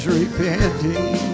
repenting